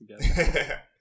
together